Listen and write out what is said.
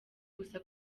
gusa